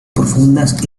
profundas